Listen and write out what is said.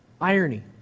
Irony